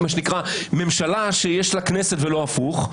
ממשלה שיש לה כנסת ולא הפוך,